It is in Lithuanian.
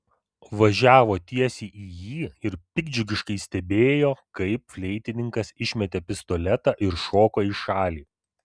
važiavo tiesiai į jį ir piktdžiugiškai stebėjo kaip fleitininkas išmetė pistoletą ir šoko į šalį